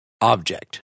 object